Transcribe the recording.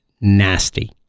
nasty